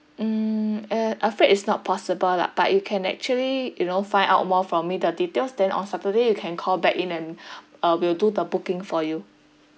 mm uh afraid is not possible lah but you can actually you know find out more from me the details then on saturday you can call back in and uh we'll do the booking for you